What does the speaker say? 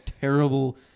terrible